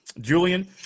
Julian